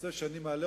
והנושא שאני מעלה,